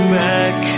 back